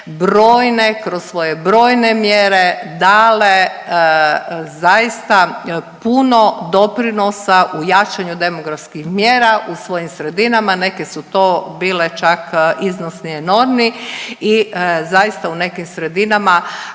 brojne, kroz svoje brojne mjere dale zaista puno doprinosa u jačanju demografskih mjera u svojim sredinama, neke su to bile čak iznosi enormni i zaista u nekim sredinama